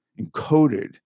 encoded